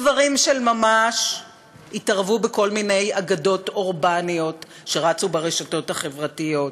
דברים של ממש התערבו בכל מיני אגדות אורבניות שרצו ברשתות החברתיות.